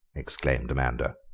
exclaimed amanda.